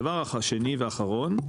הדבר השני והאחרון,